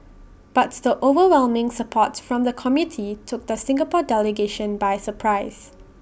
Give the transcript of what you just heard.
but the overwhelming support from the committee took the Singapore delegation by surprise